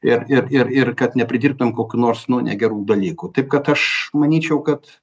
ir ir ir ir kad nepridirbtumėm kokių nors nu negerų dalykų taip kad aš manyčiau kad